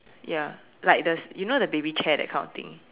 ya like the you know the baby chair that kind of thing